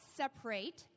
separate